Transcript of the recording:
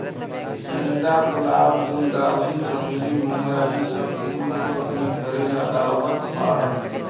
गेंदा, गुलाब, गुलदावरी, चमेली, मोगरा इ सब फूल लोग अपने घरे लगावत बाड़न